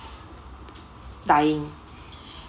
dying